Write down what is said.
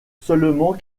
seulement